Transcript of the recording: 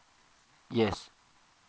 yes